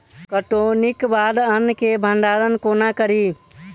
कटौनीक बाद अन्न केँ भंडारण कोना करी?